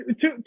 two